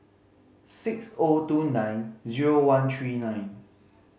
six O two nine zero one three nine